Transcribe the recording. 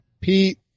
Pete